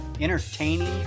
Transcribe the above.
entertaining